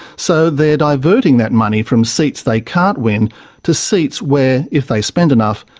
so they're diverting that money from seats they can't win to seats where, if they spend enough,